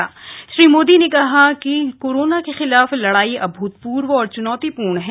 श्री नरेन्द्र मोदी ने कहा कि कोरोना के खिलाफ लड़ाई अभूतपूर्व और चुनौतीपूर्ण है